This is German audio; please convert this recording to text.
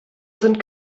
sind